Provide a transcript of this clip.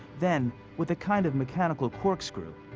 then, with a kind of mechanical corkscrew,